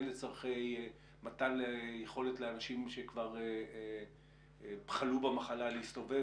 הן לצורכי מתן יכולת להנשים כשכבר חלו במחלה להסתובב.